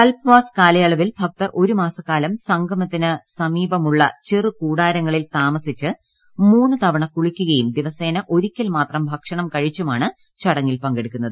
കല്പ് was കാലയളവിൽ ഭക്തർ ഒരു മാസക്കാലം സംഗമത്തിനു സമീപമുള്ള ചെറു കൂടാരങ്ങളിൽ താമസിച്ച് മൂന്ന് തവണ കുളിക്കുകയും ദിവസേന ഒരിക്കൽ മാത്രം ഭക്ഷണം കഴിച്ചുമാണ് ചടങ്ങിൽ പങ്കെടുക്കുന്നത്